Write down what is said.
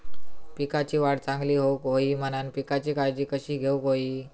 पिकाची वाढ चांगली होऊक होई म्हणान पिकाची काळजी कशी घेऊक होई?